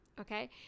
okay